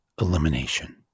elimination